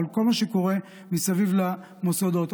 אבל לכל מה שקורה מסביב למוסדות.